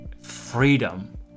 freedom